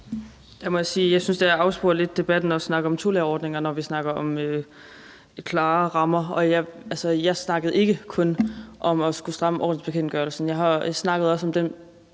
jeg synes, at det lidt afsporer debatten at snakke om tolærerordninger, når vi snakker om klarere rammer. Jeg snakkede ikke kun om at skulle stramme ordensbekendtgørelsen.